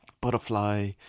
butterfly